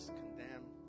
condemned